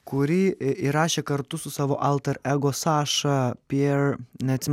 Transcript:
kurį į įrašė kartu su savo alter ego saša pier neatsimenu